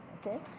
Okay